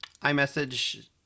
iMessage